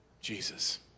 Jesus